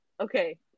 Okay